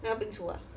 那个冰厨 ah